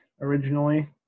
originally